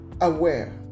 aware